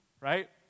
right